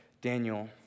Daniel